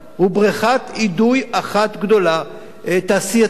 הוא בריכת אידוי אחת גדולה, תעשייתית.